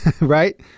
right